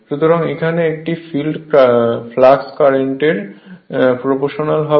সুতরাং এখানে এটি ফ্লাক্স কারেন্টের প্রপ্রোশনাল হবে